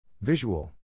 Visual